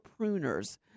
pruners